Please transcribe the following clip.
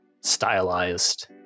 stylized